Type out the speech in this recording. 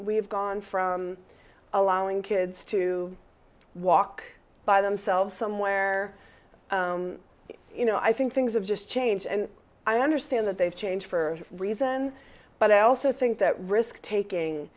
we've gone from allowing kids to walk by themselves somewhere you know i think things have just changed and i understand that they've change for reason but i also think that risk taking